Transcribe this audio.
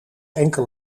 enkel